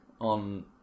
On